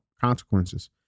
consequences